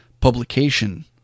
publication